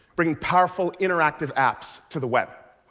bringing powerful interactive apps to the web.